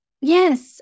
yes